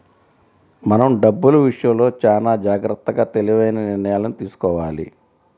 మనం డబ్బులు విషయంలో చానా జాగర్తగా తెలివైన నిర్ణయాలను తీసుకోవాలి